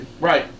Right